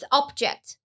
object